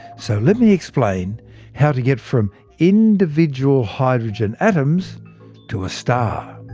so let me explain how to get from individual hydrogen atoms to a star.